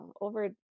over